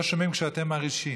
לא שומעים כשאתם מרעישים.